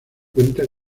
cuenta